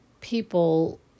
people